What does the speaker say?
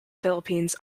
philippines